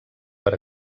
per